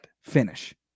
finish